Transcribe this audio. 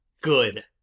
Good